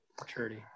maturity